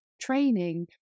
training